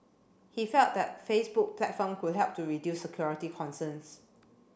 he felt that Facebook platform could help to reduce security concerns